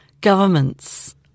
governments